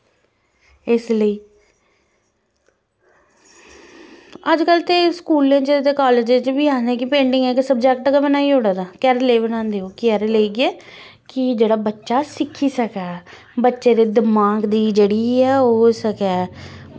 इस लेई अज्ज कल ते स्कूलें च ते कालज़ें च बी आखदे कि पेंटिंग इक सब्जेक्ट गै बनाई ओड़े दा केह्दे लेई बनांदे ओह् केह्दे लेई के कि जेह्ड़ा बच्चा सिक्खी सकै बच्चे दे दिमाग दी जेह्ड़ी ऐ ओह् होई सकै